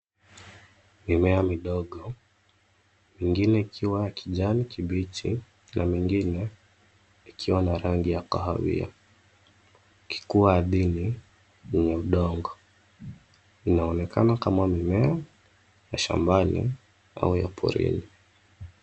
Mimea midogo ingine ikiwa kijani kibichi na mengine ikiwa na rangi ya kahawia. Ikikuwa ardhini kwenye udongo. Inaonekana kama mimea ya shambani au porini.